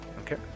Okay